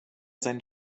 sein